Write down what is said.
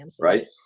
Right